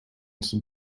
some